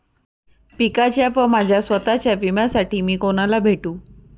पिकाच्या व माझ्या स्वत:च्या विम्यासाठी मी कुणाला भेटू?